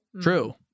True